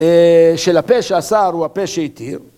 של הפה שאסר הוא הפה שהתיר.